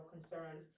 concerns